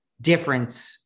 different